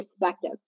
perspective